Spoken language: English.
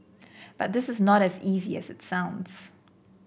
but this is not as easy as it sounds